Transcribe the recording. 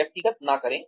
व्यक्तिगत न करें